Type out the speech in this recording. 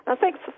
Thanks